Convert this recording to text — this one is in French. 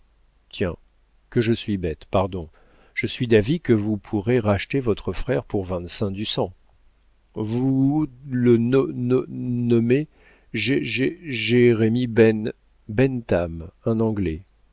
que je suis bête pardon je suis d'avis que vous pourrez racheter votre frère pour vingt-cinq du cent vooous le no no no nommez jé jé jé jérémie ben bentham un anglais